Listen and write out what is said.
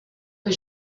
que